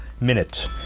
Minute